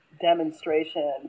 demonstration